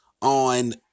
on